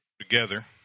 together